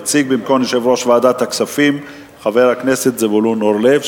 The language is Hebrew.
יציג במקום יושב-ראש ועדת הכספים חבר הכנסת זבולון אורלב,